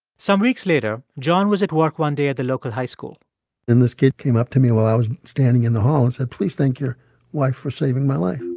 some weeks later, john was at work one day at the local high school then this kid came up to me while i was standing in the hall and said, please thank your wife for saving my life